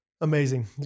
amazing